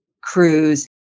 crews